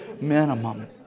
minimum